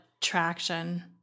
traction